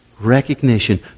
recognition